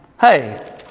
Hey